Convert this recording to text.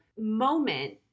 moment